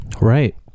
Right